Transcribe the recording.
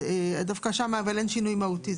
אבל דווקא שם אין שינוי מהותי.